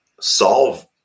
solve